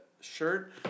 shirt